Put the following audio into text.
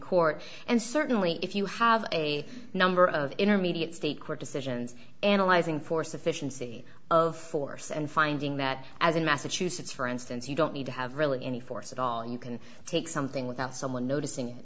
court and certainly if you have a number of intermediate state court decisions analyzing for sufficiency of force and finding that as in massachusetts for instance you don't need to have really any force at all you can take something without someone noticing